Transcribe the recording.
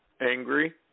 angry